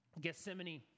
Gethsemane